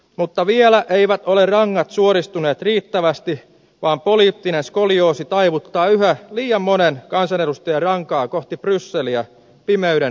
mutta vielä eivät ole rangat suoristuneet riittävästi vaan poliittinen skolioosi taivuttaa yhä liian monen kansanedustajan rankaa kohti brysseliä pimeyden ydintä